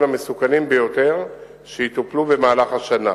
המסוכנים ביותר שיטופלו במהלך השנה,